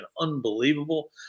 unbelievable